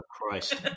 Christ